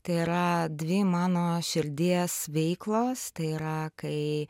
tai yra dvi mano širdies veiklos tai yra kai